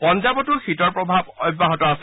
পঞ্জাৱতো শীতৰ প্ৰভাৱ অব্যাহত আছে